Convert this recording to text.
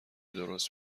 درست